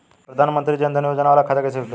प्रधान मंत्री जन धन योजना वाला खाता कईसे खुली?